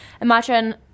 Imagine